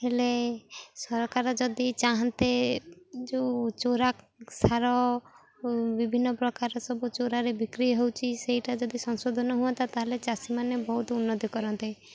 ହେଲେ ସରକାର ଯଦି ଚାହାଁନ୍ତେ ଯୋଉ ଚୋରା ସାର ବିଭିନ୍ନ ପ୍ରକାର ସବୁ ଚୋରାରେ ବିକ୍ରି ହେଉଛି ସେଇଟା ଯଦି ସଂଶୋଧନ ହୁଅନ୍ତା ତାହେଲେ ଚାଷୀମାନେ ବହୁତ ଉନ୍ନତି କରନ୍ତେ